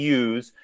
use